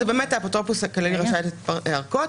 האפוטרופוס הכללי באמת רשאי לתת ארכות.